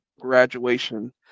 graduation